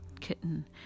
kitten